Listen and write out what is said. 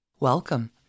Welcome